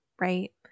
Right